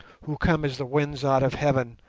who come as the winds out of heaven,